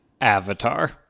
Avatar